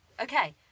Okay